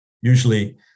usually